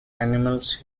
animals